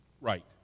right